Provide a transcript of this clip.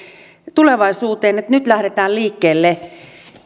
tulevaisuuteen eli nyt lähdetään liikkeelle